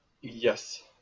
Yes